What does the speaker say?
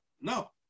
No